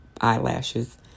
eyelashes